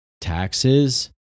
taxes